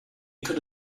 could